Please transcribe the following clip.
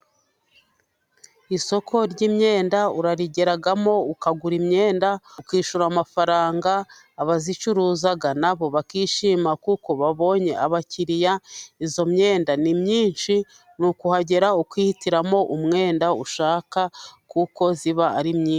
Isoko ry'imyenda urarigeramo ukagura imyenda, ukishyura amafaranga, abayicuruza nabo bakishima kuko babonye abakiriya, iyo myenda ni myinshi, ni ukuhagera ukihitiramo umwenda ushaka, kuko iba ari myinshi.